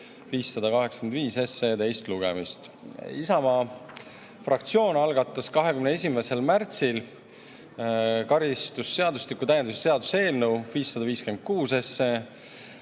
585 teist lugemist. Isamaa fraktsioon algatas 21. märtsil karistusseadustiku täiendamise seaduse eelnõu 556 ja